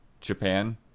Japan